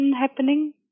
happening